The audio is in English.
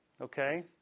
Okay